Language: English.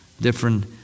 different